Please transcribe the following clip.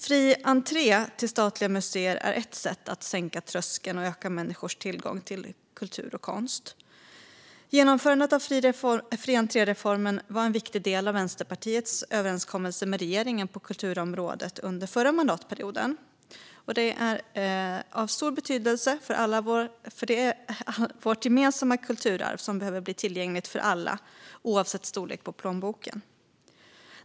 Fri entré till statliga museer är ett sätt att sänka trösklarna och öka människors tillgång till kultur och konst. Genomförandet av fri entré-reformen var en viktig del av Vänsterpartiets överenskommelse med regeringen på kulturområdet under förra mandatperioden. Det är av stor betydelse att vårt gemensamma kulturarv blir tillgängligt för alla oavsett storlek på plånbok.